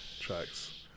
tracks